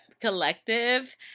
collective